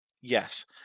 Yes